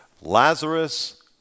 Lazarus